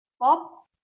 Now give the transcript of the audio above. Pop